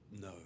No